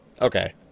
Okay